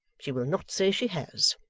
she will not say she has